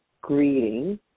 greeting